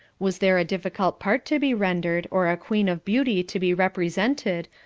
was there a difficult part to be rendered, or a queen of beauty to be represented,